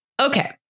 Okay